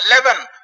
eleven